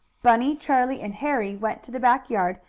bunny, charlie and harry went to the back yard,